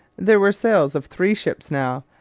there were sails of three ships now,